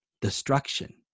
destruction